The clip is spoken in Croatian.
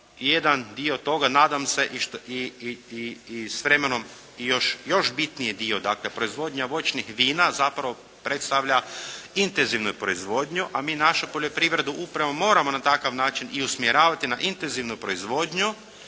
jedan dio toga nadam se i s vremenom još bitniji dio. Dakle, proizvodnja voćnih vina zapravo predstavlja intenzivnu proizvodnju a mi našu poljoprivredu upravo moramo na takav način i usmjeravati na intenzivnu proizvodnju,